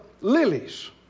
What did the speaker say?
lilies